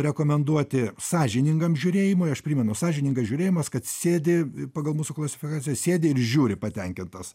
rekomenduoti sąžiningam žiūrėjimui aš primenu sąžiningas žiūrėjimas kad sėdi pagal mūsų klasifikaciją sėdi ir žiūri patenkintas